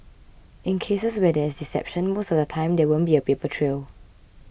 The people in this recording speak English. in cases where there is deception most of the time there won't be a paper trail